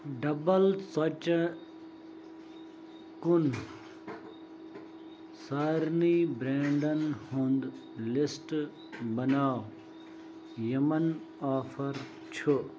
double ژۄچہِ کُن سارنٕے برٛینڈن ہُنٛد لسٹہٕ بناو یِمَن آفر چھُ